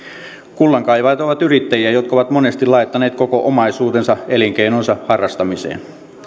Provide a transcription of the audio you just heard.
kullankaivajat ovat yrittäjiä jotka ovat monesti laittaneet koko omaisuutensa elinkeinonsa harrastamiseen